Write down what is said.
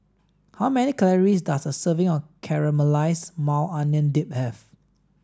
how many calories does a serving of Caramelized Maui Onion Dip have